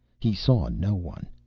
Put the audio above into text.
he saw no one.